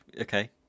Okay